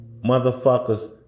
motherfuckers